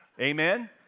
Amen